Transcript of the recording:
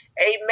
amen